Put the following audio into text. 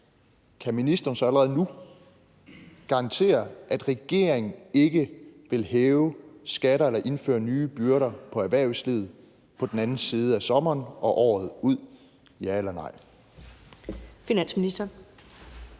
kan ministeren så allerede nu garantere, at regeringen ikke vil hæve skatter eller indføre nye byrder for erhvervslivet på den anden side af sommeren og året ud – ja eller nej?